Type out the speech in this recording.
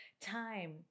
time